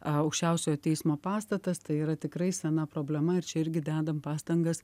aukščiausiojo teismo pastatas tai yra tikrai sena problema ir čia irgi dedam pastangas